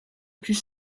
plus